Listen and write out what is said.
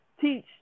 teach